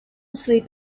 sleep